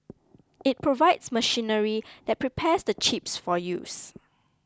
it provides machinery that prepares the chips for use